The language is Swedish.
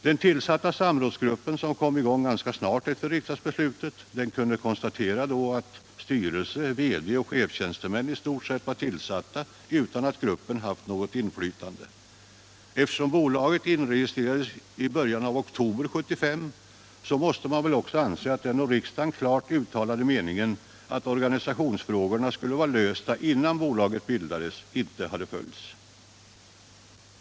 Den tillsatta samrådsgruppen, som kom i gång ganska snart efter riksdagsbeslutet, kunde konstatera att styrelse, VD och chefstjänstemän i stort sett var tillsatta, utan att gruppen haft något inflytande. Eftersom bolaget inregistrerades i början av oktober 1975 måste man väl också anse, att den av riksdagen klart uttalade meningen att organisationsfrågorna skulle vara lösta innan bolaget bildades inte hade följts.